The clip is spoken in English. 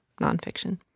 nonfiction